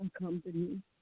company